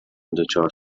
دچار